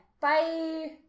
Bye